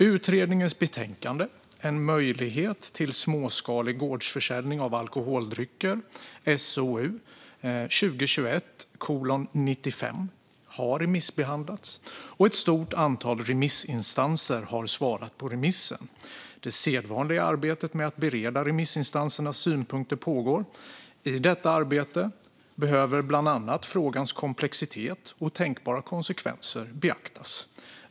Utredningens betänkande En möjlighet till småskalig gårdsförsäljning av alkoholdrycker har remissbehandlats, och ett stort antal remissinstanser har svarat på remissen. Det sedvanliga arbetet med att bereda remissinstansernas synpunkter pågår. I detta arbete behöver bland annat frågans komplexitet och tänkbara konsekvenser beaktas.